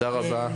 תודה רבה.